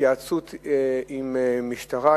התייעצות עם המשטרה,